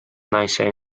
naise